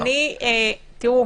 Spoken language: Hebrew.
אין